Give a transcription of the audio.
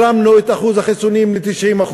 הרמנו את אחוז החיסונים ל-90%,